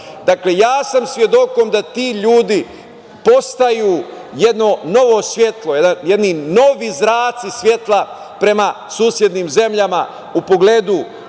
dakle, ja sam svedok da ti ljudi postaju jedno novo svetlo, jednim novi zraci svetla prema susednim zemljama u pogledu